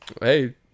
Hey